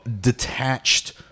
detached